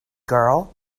girl